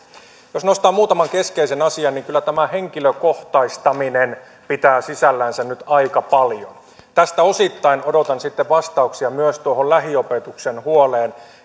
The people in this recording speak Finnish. jos nostaa muutaman keskeisen asian kyllä tämä henkilökohtaistaminen pitää sisällänsä nyt aika paljon tästä osittain odotan vastauksia myös tuohon lähiopetuksen huoleen